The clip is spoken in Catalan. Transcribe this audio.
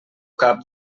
cap